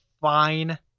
fine